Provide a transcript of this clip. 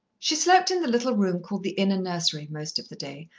she slept in the little room called the inner nursery, most of the day,